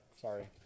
Sorry